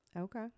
Okay